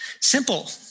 Simple